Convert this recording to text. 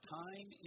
time